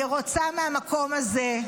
אני רוצה מהמקום הזה,